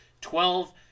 Twelve